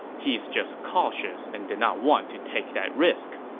he's just cautious and did not want to take that risk.